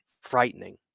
frightening